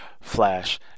Flash